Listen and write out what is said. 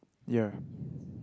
ya